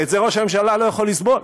ואת זה ראש הממשלה לא יכול לסבול.